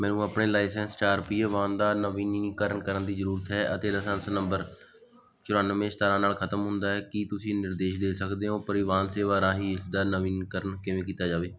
ਮੈਨੂੰ ਆਪਣੇ ਲਾਇਸੈਂਸ ਚਾਰ ਪਹੀਆ ਵਾਹਨ ਦਾ ਨਵੀਨੀਕਰਨ ਕਰਨ ਦੀ ਜ਼ਰੂਰਤ ਹੈ ਅਤੇ ਲਾਇਸੈਂਸ ਨੰਬਰ ਚੁਰਾਨਵੇਂ ਸਤਾਰ੍ਹਾਂ ਨਾਲ ਖਤਮ ਹੁੰਦਾ ਹੈ ਕੀ ਤੁਸੀਂ ਨਿਰਦੇਸ਼ ਦੇ ਸਕਦੇ ਹੋ ਪਰਿਵਾਹਨ ਸੇਵਾ ਰਾਹੀਂ ਇਸ ਦਾ ਨਵੀਨੀਕਰਨ ਕਿਵੇਂ ਕੀਤਾ ਜਾਵੇ